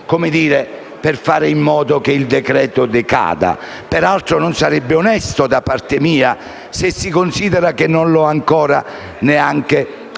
intervento per fare in modo che il decreto decada. Peraltro, non sarebbe onesto da parte mia, se si considera che non l'ho ancora approfondito